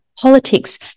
politics